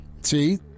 See